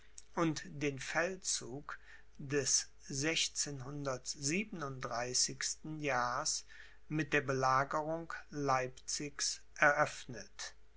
und den feldzug des jahrs mit der belagerung leipzigs eröffnet